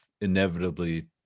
inevitably